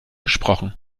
gesprochen